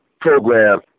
program